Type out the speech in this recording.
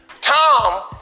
Tom